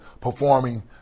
performing